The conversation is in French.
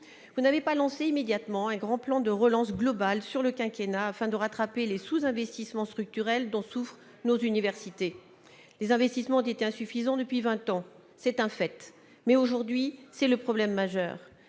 vous n'avez pas lancé immédiatement un grand plan de relance globale sur le quinquennat, afin de rattraper les sous-investissements structurels dont souffrent nos universités. Les investissements ont été insuffisants depuis vingt ans, c'est un fait, mais c'est aujourd'hui le problème majeur.